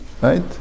right